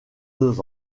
deux